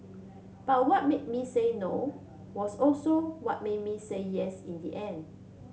but what made me say no was also what made me say yes in the end